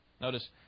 Notice